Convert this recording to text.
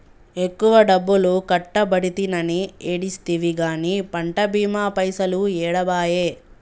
ఎక్కువ డబ్బులు కట్టబడితినని ఏడిస్తివి గాని పంట బీమా పైసలు ఏడబాయే